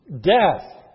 death